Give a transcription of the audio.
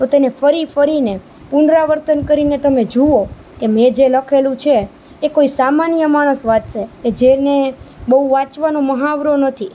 તો તેને ફરી ફરીને પુનરાવર્તન કરીને તમે જૂઓ કે મેં જે લખેલું છે એ કોઈ સામાન્ય માણસ વાંચશે કે જેને વાંચવાનો બહુ મહાવરો નથી